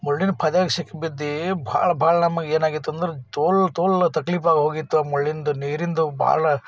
ಮುಳ್ಳಿನ ಪೊದೆಯಾಗ ಸಿಕ್ಕಿ ಬಿದ್ದು ಭಾಳ ಭಾಳ ನಮಗೆ ಏನಾಗಿತ್ತು ಅಂದ್ರೆ ತೋಲ ತೋಲ ತಕ್ಲೀಫ ಆಗಿ ಹೋಗಿತ್ತು ಆ ಮುಳ್ಳಿಂದು ನೀರಿಂದು ಭಾಳ